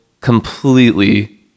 completely